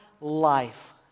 life